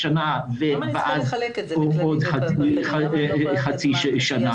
לשנה ואז עוד חצי שנה.